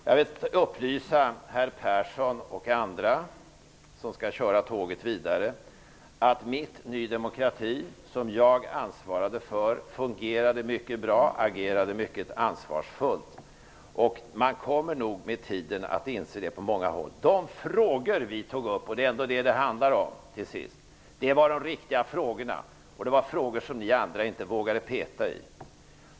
Jag vill upplysa herr Persson och andra som skall köra tåget vidare om att det Ny demokrati som jag ansvarade för fungerade mycket bra och agerade mycket ansvarsfullt. Man kommer nog med tiden att inse det på många håll. De frågor som vi tog upp -- det är ändå det som är det viktiga -- var de riktiga frågorna. Det var frågor som ni andra inte vågade peta i.